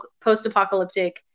post-apocalyptic